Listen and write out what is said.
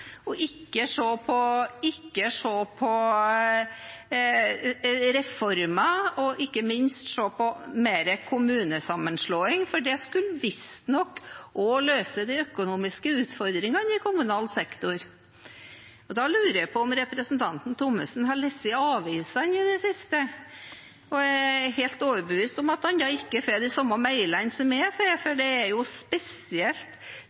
ikke se på reformen – og ikke minst se på mer kommunesammenslåing, for det skulle visstnok også løse de økonomiske utfordringene i kommunal sektor: Da lurer jeg på om representanten Thommessen har lest avisene i det siste, og jeg er helt overbevist om at han da ikke får de samme mailene som jeg får, for